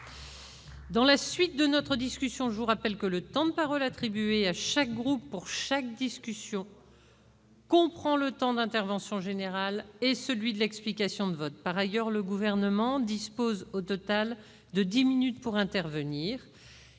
Mes chers collègues, je vous rappelle que le temps de parole attribué à chaque groupe pour chaque discussion comprend le temps d'intervention générale et celui de l'explication de vote. Par ailleurs, le Gouvernement dispose au total de dix minutes pour intervenir.